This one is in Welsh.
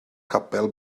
capel